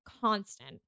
constant